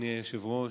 אדוני היושב-ראש,